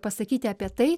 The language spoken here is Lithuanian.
pasakyti apie tai